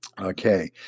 Okay